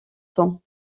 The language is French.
temps